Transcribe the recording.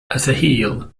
heel